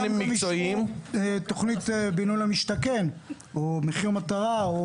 --- מימשו שם תוכנית בינוי למשתכן או משהו כזה.